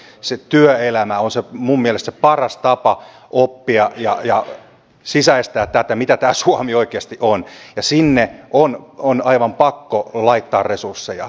se työelämä on minun mielestäni se paras tapa oppia ja sisäistää tätä mitä tämä suomi oikeasti on ja sinne on aivan pakko laittaa resursseja